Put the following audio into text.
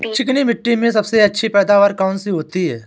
चिकनी मिट्टी में सबसे अच्छी पैदावार कौन सी होती हैं?